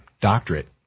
doctorate